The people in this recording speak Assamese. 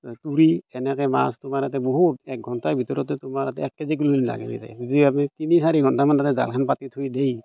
তুৰি এনেকৈ মাছ তোমাৰ তাতে বহুত এক ঘণ্টাৰ ভিতৰতে তোমাৰ তাতে এক কেজিলৈও লাগি যায় যি আমি তিনি চাৰি ঘণ্টামানতে জালখন পাতি থৈ দিয়ে